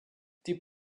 die